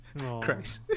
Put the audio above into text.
Christ